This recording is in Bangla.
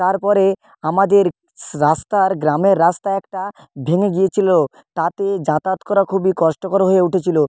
তারপরে আমাদের রাস্তার গ্রামের রাস্তা একটা ভেঙে গিয়েছিলো তাতে যাতায়াত করা খুবই কষ্টকর হয়ে উঠেছিলো